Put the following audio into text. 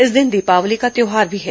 इस दिन दीपावली का त्यौहार भी है